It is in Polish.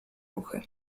ruchy